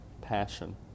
passion